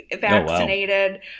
vaccinated